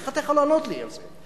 איך אתה יכול לענות לי על זה?